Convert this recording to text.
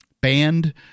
banned